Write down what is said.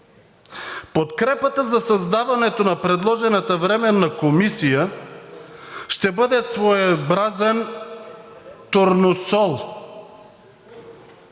Подкрепата за създаването на предложената Временна комисия ще бъде своеобразен турносол.